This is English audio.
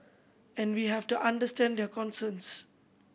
and we have to understand their concerns